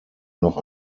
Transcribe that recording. noch